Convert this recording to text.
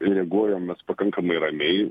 reaguojam mes pakankamai ramiai